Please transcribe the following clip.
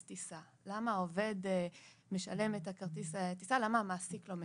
טיסה למה העובד משלם את כרטיס הטיסה ולא המעסיק?